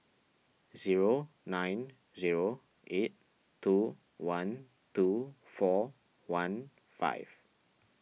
zero nine zero eight two one two four one five